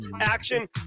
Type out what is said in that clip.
action